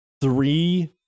three